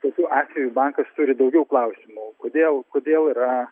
tokiu atveju bankas turi daugiau klausimų kodėl kodėl yra